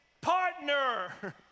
partner